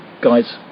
guys